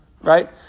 Right